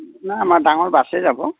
নাই আমাৰ ডাঙৰ বাছেই যাব